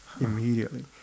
immediately